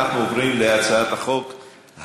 אז אנחנו חושבים שזה בוועדת חוקה.